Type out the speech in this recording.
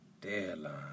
deadline